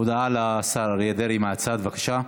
הודעה לשר אריה דרעי מהצד, בבקשה.